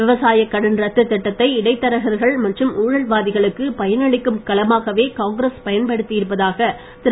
விவசாயக் கடன் ரத்து திட்டத்தை இடைத்தரகர்கள் மற்றும் ஊழல்வாதிகளுக்கு பயன் அளிக்கும் களமாகவே காங்கிரஸ் பயன்படுத்தியதாக திரு